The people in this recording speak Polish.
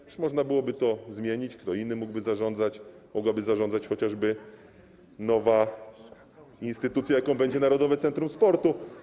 Przecież można byłoby to zmienić, kto inny mógłby zarządzać, mogłaby zarządzać chociażby nowa instytucja, jaką będzie Narodowe Centrum Sportu.